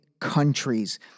countries